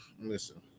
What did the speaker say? listen